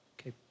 Okay